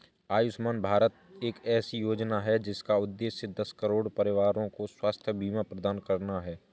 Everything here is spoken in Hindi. आयुष्मान भारत एक ऐसी योजना है जिसका उद्देश्य दस करोड़ परिवारों को स्वास्थ्य बीमा प्रदान करना है